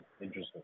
interesting